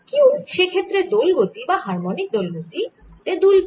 q সে ক্ষেত্রে দোল গতি বা হারমনিক দোল গতি তে দুলবে